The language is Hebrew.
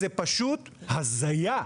זה פשוט הזיה,